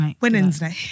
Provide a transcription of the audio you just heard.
Wednesday